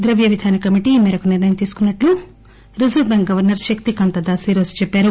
ద్రవ్య విధాన కమిటీ ఈ మేరకు నిర్ణయంతీసుకున్నట్లు ఆర్బీఐ గవర్నర్ శక్తికాంత దాస్ ఈ రోజు చెప్పారు